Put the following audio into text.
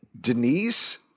Denise